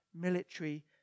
military